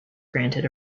granted